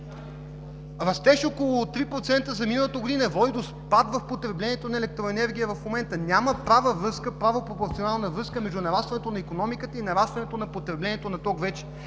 растеж около 3% за миналата година води до спад в потреблението на електроенергия в момента. Няма права връзка, права пропорционална връзка между нарастването на икономиката и нарастването на потреблението на ток вече.